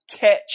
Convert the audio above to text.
catch